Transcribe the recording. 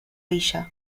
villa